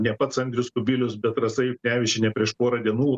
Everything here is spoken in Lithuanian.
ne pats andrius kubilius bet rasa juknevičienė prieš porą dienų